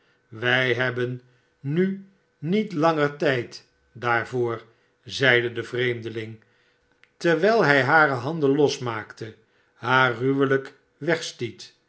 wij hebben nu niet langer tijd daarvoor zeide de vreemdeling terwijl hij hare handen losmaakte haar ruwelijk wegstiet